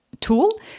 tool